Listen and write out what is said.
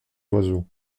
oiseaux